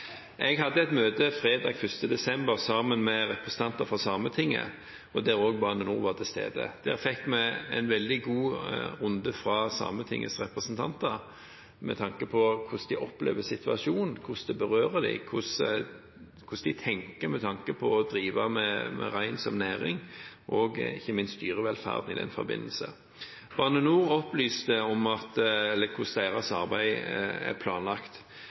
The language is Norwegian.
med representanter fra Sametinget der også Bane Nor var til stede. Der fikk vi en veldig god runde fra Sametingets representanter med tanke på hvordan de opplever situasjonen, hvordan den berører dem, og hvordan de tenker med hensyn til å drive med rein som næring, og ikke minst dyrevelferd i den forbindelse. Bane Nor opplyste om hvordan deres arbeid er planlagt.